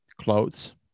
clothes